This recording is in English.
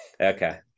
Okay